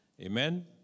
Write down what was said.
Amen